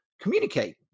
communicate